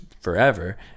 forever